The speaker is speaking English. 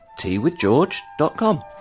teawithgeorge.com